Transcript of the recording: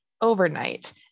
overnight